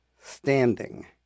standing